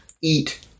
eat